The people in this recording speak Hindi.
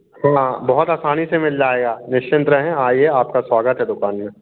तो ना बहुत आसानी से मिल जाएगा निश्चिंत रहें आइए आपका स्वागत है दुकान में